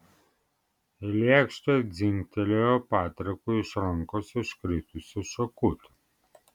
į lėkštę dzingtelėjo patrikui iš rankos iškritusi šakutė